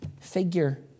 figure